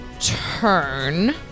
turn